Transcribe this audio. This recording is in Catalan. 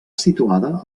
situada